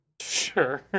Sure